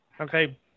okay